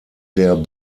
der